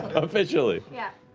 ah officially. yeah